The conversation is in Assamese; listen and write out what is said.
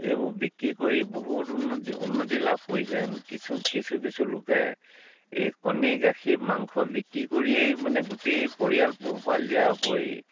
এইবোৰ বিক্ৰী কৰি বহুত উন্নতি উন্নতি লাভ কৰিছে কিছু কিছু কিছু লোকে এই কণী গাখীৰ মাংস বিক্ৰী কৰিয়েই মানে গোটেই পৰিয়াল পোহপাল দিয়াৰ উপৰি